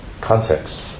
context